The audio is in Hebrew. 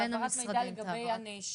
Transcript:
בהעברת המידע לגבי הנאשם.